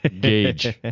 gauge